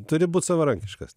turi būt savarankiškas